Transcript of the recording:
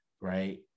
right